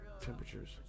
Temperatures